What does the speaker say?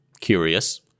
curious